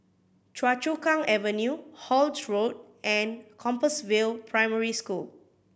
Choa Chu Kang Avenue Holt Road and Compassvale Primary School